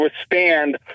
withstand